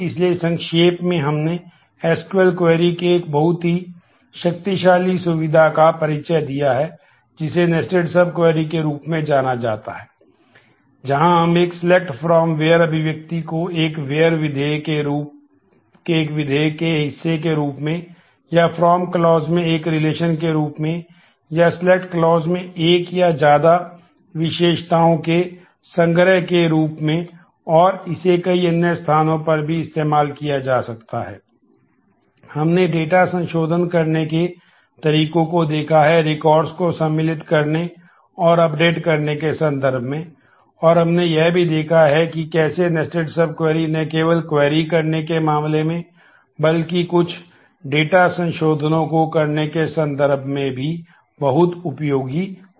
इसलिए संक्षेप में हमने एसक्यूएल करने के मामले में बल्कि कुछ डेटा संशोधनों को करने के संदर्भ में भी बहुत उपयोगी हो सकता है